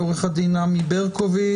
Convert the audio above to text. עורך הדין עמי ברקוביץ',